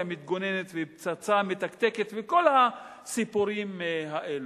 מתגוננת" ו"פצצה מתקתקת" וכל הסיפורים האלה.